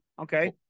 Okay